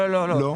לא.